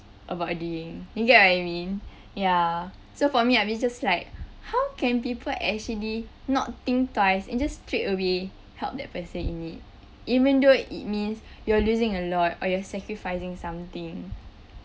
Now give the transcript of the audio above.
about doing you get what I mean ya so for me I will just like how can people actually not think twice and just straight away help that person in need even though it means you're losing a lot or you're sacrificing something